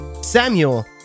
Samuel